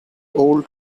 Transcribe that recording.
old